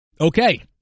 Okay